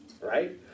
right